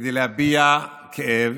כדי להביע כאב